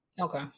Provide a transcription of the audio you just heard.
Okay